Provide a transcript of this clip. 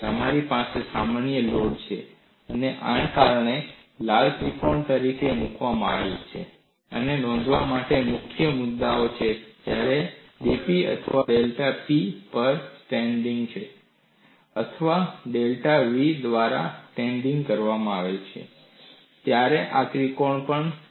તમારી પાસે સામાન્ય લોડિંગ છે અને આપણે તેને લાલ ત્રિકોણ તરીકે મુકીએ છીએ અને નોંધવા માટેનો મુખ્ય મુદ્દો એ છે કે જ્યારે dp અથવા ડેલ્ટા p 0 પર ટેન્ડિંગ કરે છે અથવા ડેલ્ટા v 0 પર ટેન્ડિંગ કરે છે ત્યારે આ ત્રિકોણ પણ 0